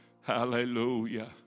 Hallelujah